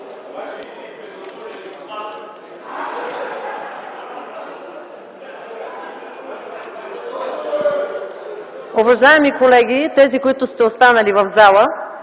Уважаеми колеги, тези, които сте останали в залата,